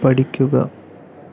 പഠിക്കുക